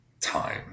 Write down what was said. time